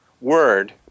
word